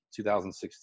2016